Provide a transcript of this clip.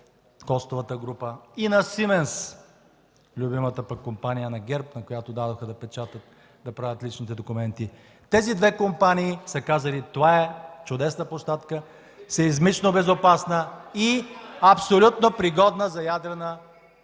Костовата група, и на „Сименс” – любимата компания на ГЕРБ, на която дадоха да правят личните документи. (Реплики от ГЕРБ.) Тези две компании са казали: „Това е чудесна площадка, сеизмично безопасна и абсолютно пригодна за ядрена централа”.